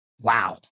Wow